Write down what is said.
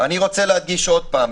אני רוצה להדגיש עוד פעם,